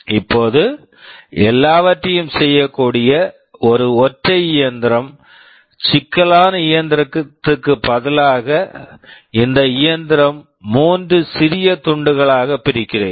இப்போது எல்லாவற்றையும் செய்யக்கூடிய ஒரு ஒற்றை இயந்திரம் சிக்கலான இயந்திரத்திற்கு பதிலாக இந்த இயந்திரம் மூன்று சிறிய துண்டுகளாகப் பிரிக்கிறேன்